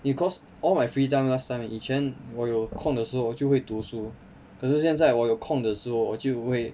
because all my free time last time 以前我有空的时就会读书可是现在我有空的时候我就会